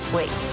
Wait